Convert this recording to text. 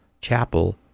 chapel